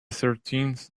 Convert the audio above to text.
thirteenth